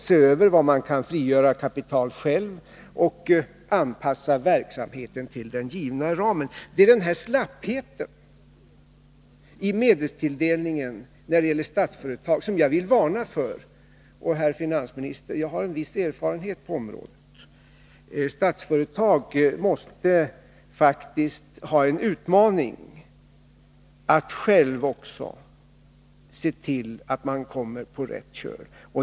Gruppen måste frigöra kapital själv och anpassa verksamheten till den givna ramen. Det är slappheten som avspeglas i regeringens medelstilldelning när det gäller Statsföretag som jag vill varna för. Och, herr finansminister, jag har en viss erfarenhet av hur man ställer krav på gruppen! Statsföretag måste faktiskt ha en utmaning att själv se till att komma på rätt köl.